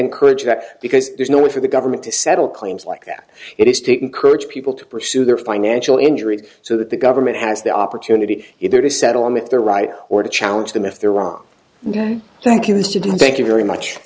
encourage that because there's no way for the government to settle claims like that it is to encourage people to pursue their financial injury so that the government has the opportunity either to settle in with their rights or to challenge them if they're wrong dan thank you mr dylan thank you very much